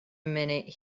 minute